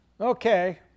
Okay